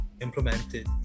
implemented